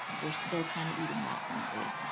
we're still kinda eating that, aren't we?